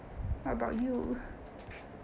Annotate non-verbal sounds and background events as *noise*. how about you *breath*